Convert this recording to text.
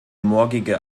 morgige